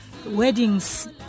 Weddings